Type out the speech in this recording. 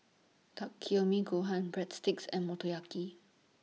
Takikomi Gohan Breadsticks and Motoyaki